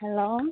hello